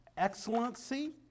Excellency